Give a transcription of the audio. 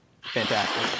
fantastic